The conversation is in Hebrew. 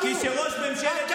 מתי